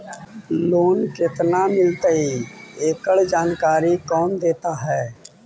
Loan केत्ना मिलतई एकड़ जानकारी कौन देता है?